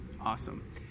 Awesome